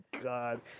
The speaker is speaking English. God